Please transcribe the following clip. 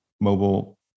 mobile